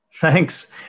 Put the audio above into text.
Thanks